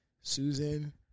Susan